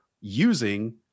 using